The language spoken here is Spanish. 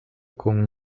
con